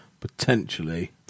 potentially